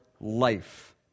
life